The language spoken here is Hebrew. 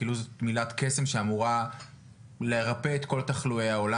כאילו זאת מילת קסם שאמורה לרפא את כל תחלואי העולם.